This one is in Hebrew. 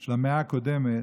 של המאה הקודמת,